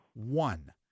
One